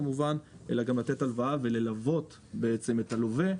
אלא לתת הלוואה וללוות את הלווה,